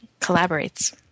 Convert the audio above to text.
collaborates